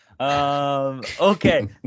Okay